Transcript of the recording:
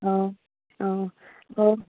অঁ অঁ অঁ